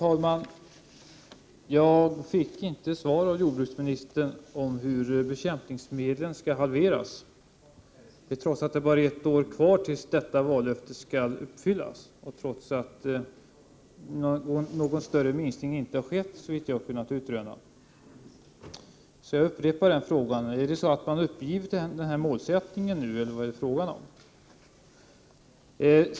Herr talman! Jag fick inte något svar av jordbruksministern på min fråga om en halvering av användningen av bekämpningsmedel. Ändå är det bara ett år kvar till dess att detta vallöfte skall uppfyllas. Dessutom har inte någon större minskning skett — åtminstone såvitt jag kunnat utröna. Jag upprepar således min fråga: Är det så, att man har övergett målsättningen, eller vad är det fråga om?